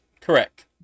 correct